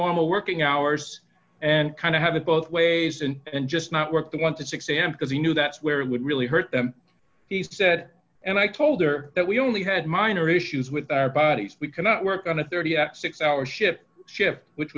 normal working hours and kind of have it both ways and just not work once at six am because he knew that's where it would really hurt them he said and i told her that we only had minor issues with our bodies we cannot work on a thirty six hour shift shift which